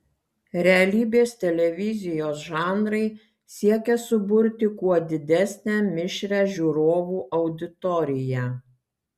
realybės televizijos žanrai siekia suburti kuo didesnę mišrią žiūrovų auditoriją